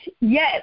Yes